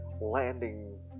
landing